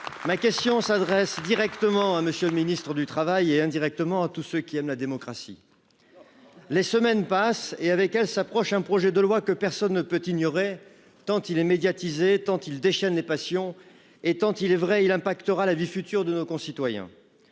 Ma question s'adresse directement à Monsieur le Ministre du Travail et indirectement à tous ceux qui aiment la démocratie. Les semaines passent et avec elles s'approche un projet de loi que personne ne peut ignorer tant il est médiatisé tentent il déchaîne les passions et tant il est vrai il impactera la vie future de nos concitoyens.